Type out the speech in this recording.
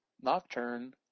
Nocturne